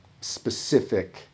specific